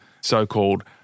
so-called